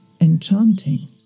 enchanting